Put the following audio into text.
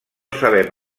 sabem